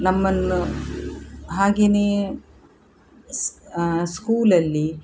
ನಮ್ಮನ್ನು ಹಾಗೆಯೇ ಸ್ ಸ್ಕೂಲಲ್ಲಿ